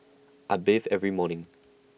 I bathe every morning